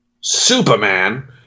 Superman